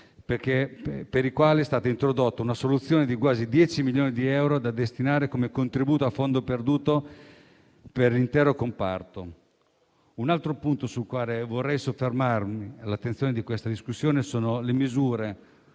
per i quali è stato introdotto uno stanziamento di quasi 10 milioni di euro, da destinare come contributo a fondo perduto per l'intero comparto. Un altro punto sul quale vorrei soffermare l'attenzione della discussione riguarda le misure